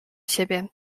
siebie